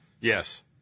Yes